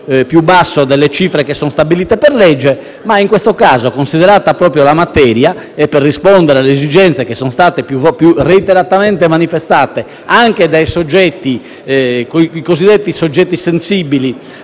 più basso delle cifre stabilite per legge. In questo caso, considerata la materia e per rispondere alle esigenze che sono state reiteratamente manifestate anche dai cosiddetti soggetti sensibili